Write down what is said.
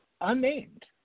unnamed